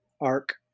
arc